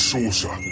Saucer